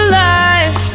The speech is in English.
life